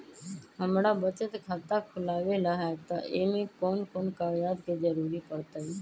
हमरा बचत खाता खुलावेला है त ए में कौन कौन कागजात के जरूरी परतई?